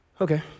Okay